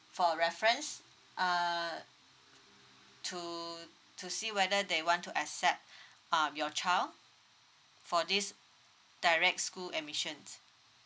for reference uh to to see whether they want to accept um your child for this direct school admissions